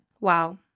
wow